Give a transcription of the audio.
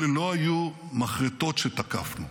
אלה לא היו מחרטות שתקפנו.